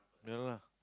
no lah